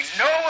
no